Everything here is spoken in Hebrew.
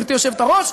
גברתי היושבת-ראש,